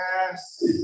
Yes